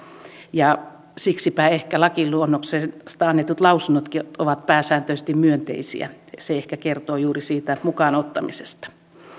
ja siksipä ehkä lakiluonnoksesta annetut lausunnotkin ovat pääsääntöisesti myönteisiä se ehkä kertoo juuri siitä mukaan ottamisesta